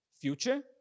future